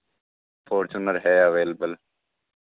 Fortuner है available